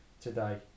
today